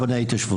ההתיישבות.